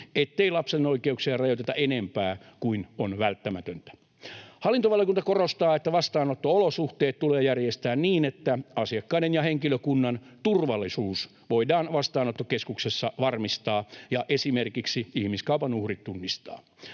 ettei lapsen oikeuksia rajoiteta enempää kuin on välttämätöntä. Hallintovaliokunta korostaa, että vastaanotto-olosuhteet tulee järjestää niin, että asiakkaiden ja henkilökunnan turvallisuus voidaan vastaanottokeskuksessa varmistaa ja esimerkiksi ihmiskaupan uhrit tunnistaa.